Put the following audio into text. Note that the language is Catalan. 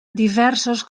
diversos